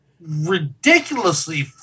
ridiculously